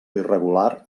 irregular